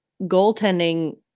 goaltending